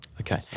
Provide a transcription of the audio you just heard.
Okay